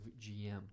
GM